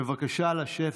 בבקשה לשבת.